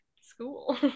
school